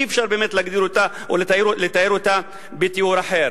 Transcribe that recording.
אי-אפשר באמת להגדיר אותה או לתאר אותה בתיאור אחר.